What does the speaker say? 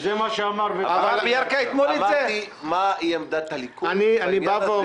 אמרתי מה עמדת הליכוד בעניין הזה.